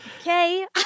okay